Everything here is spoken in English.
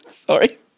sorry